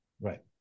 right